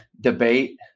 debate